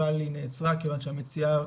אבל היא נעצרה כיוון שהמציעה,